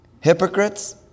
Hypocrites